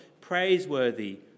praiseworthy